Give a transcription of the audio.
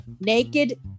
Naked